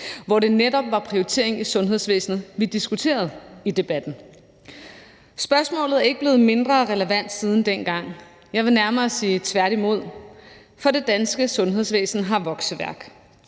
hvor det netop var prioritering i sundhedsvæsenet, vi diskuterede. Spørgsmålet er ikke blevet mindre relevant siden dengang. Jeg vil nærmere sige tværtimod, for det danske sundhedsvæsen har vokseværk.